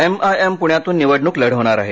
MIM प्ण्यातून निवडण्क लढवणार आहे